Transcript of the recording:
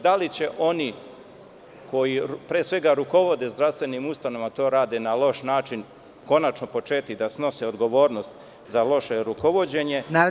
Da li će oni koji pre svega rukovode zdravstvenim ustanovama, to rade na loš način, konačno početi da snose odgovornost za loše rukovođenje?